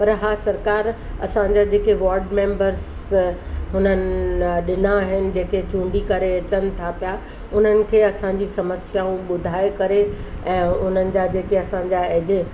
पर हा सरकार असांजा जेके वॉर्ड मैंबर्स हुननि ॾिना आहिनि जंहिंखे चुंडी करे अचनि था पिया उन्हनि खे असांजी समस्याऊं ॿुधाए करे ऐं उन्हनि जा जेके असांजा एजे